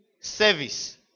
service